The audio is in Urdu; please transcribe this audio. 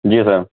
جی سر